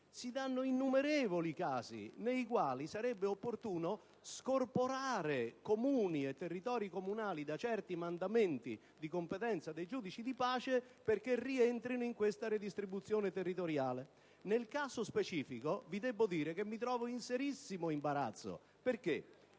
di quasi tutta l'Italia) nei quali sarebbe persino opportuno scorporare comuni e territori comunali da certi mandamenti di competenza dei giudici di pace perché rientrino in questa redistribuzione territoriale. Nel caso specifico, vi debbo dire che mi trovo in serissimo imbarazzo, perché